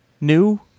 new